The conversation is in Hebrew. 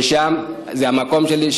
ושם זה המקום שלי,